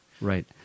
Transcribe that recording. Right